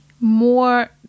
more